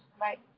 Right